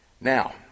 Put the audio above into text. Now